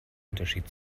unterschied